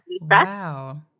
Wow